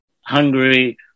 Hungary